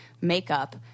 makeup